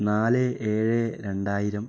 നാല് ഏഴ് രണ്ടായിരം